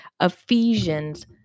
Ephesians